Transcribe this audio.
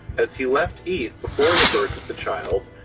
as he left eve before the birth of the child,